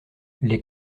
les